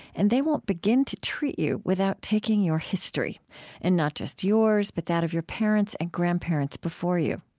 and they won't begin to treat you without taking your history and not just yours, but that of your parents and grandparents before you.